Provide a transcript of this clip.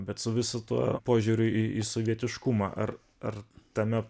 bet su visu tuo požiūriu į į sovietiškumą ar ar tame